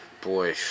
boy